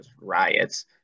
riots